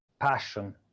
Passion